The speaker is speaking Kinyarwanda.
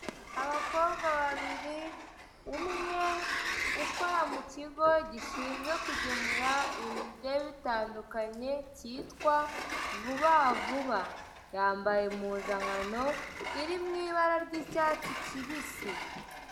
Abakobwa babiri; umwe ukora mu kigo gishinzwe kugemura ibintu bigiye bitandukanye kitwa vuba vuba. Yampano impuzankano iri mu ibara ry'icyatsi kibisi.